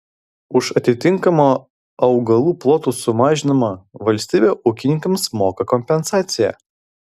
už atitinkamą augalų plotų sumažinimą valstybė ūkininkams moka kompensaciją